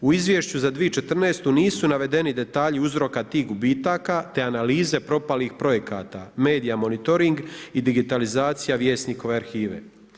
U izvješću za 2014. nisu navedeni detalja uzroka tih gubitaka, te analize propalih projekata Media monitoring i digitalizacija Vjesnikove arhive.